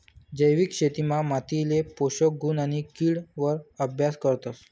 जैविक शेतीमा मातीले पोषक गुण आणि किड वर अभ्यास करतस